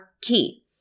key